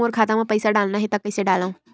मोर खाता म पईसा डालना हे त कइसे डालव?